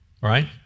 right